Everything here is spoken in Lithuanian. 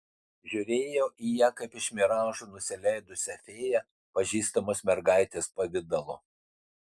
žiūrėjo į ją kaip iš miražų nusileidusią fėją pažįstamos mergaitės pavidalu